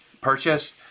Purchase